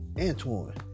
Antoine